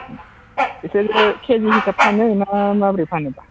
बिसोरो के जि हिसाब फानो ना माबोरै फानो बा